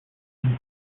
and